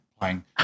playing